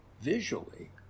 visually